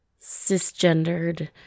cisgendered